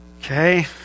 Okay